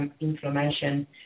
inflammation